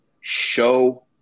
show